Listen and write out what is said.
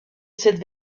cette